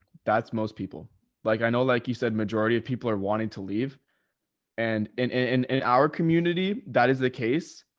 that's most people like, i know, like you said, majority of people are wanting to leave and in in our community, that is the case.